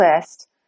list